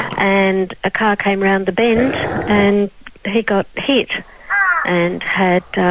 and a car came around the bend and he got hit and had